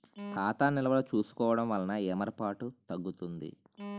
ఖాతా నిల్వలు చూసుకోవడం వలన ఏమరపాటు తగ్గుతుంది